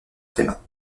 tréma